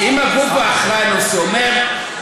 זה רק חומר שקשור,